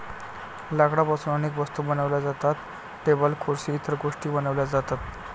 लाकडापासून अनेक वस्तू बनवल्या जातात, टेबल खुर्सी इतर गोष्टीं बनवल्या जातात